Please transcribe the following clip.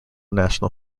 national